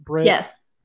Yes